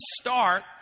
start